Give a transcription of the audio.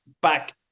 back